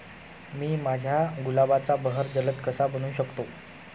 मी माझ्या गुलाबाचा बहर जलद कसा बनवू शकतो?